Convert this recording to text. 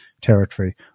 territory